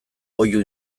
oihu